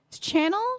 channel